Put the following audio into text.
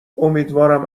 امیدوارم